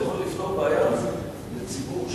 זה יכול לפתור בעיה לציבור שזקוק,